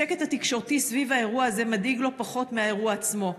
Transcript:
השקט התקשורתי סביב האירוע הזה מדאיג לא פחות מהאירוע עצמו.